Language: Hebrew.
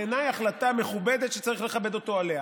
בעיניי החלטה מכובדת שצריך לכבד אותו עליה.